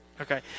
Okay